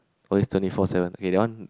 always twenty four seven okay that one